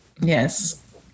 Yes